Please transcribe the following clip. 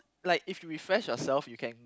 like if you refresh yourself you can